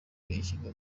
bishyirwa